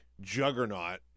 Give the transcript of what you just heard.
juggernaut